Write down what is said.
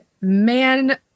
man